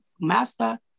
master